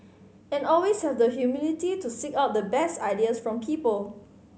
and always have the humility to seek out the best ideas from people